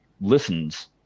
listens